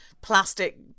plastic